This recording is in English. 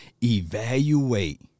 Evaluate